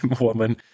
woman